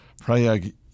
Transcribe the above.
Prayag